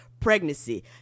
pregnancy